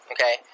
Okay